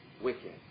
wicked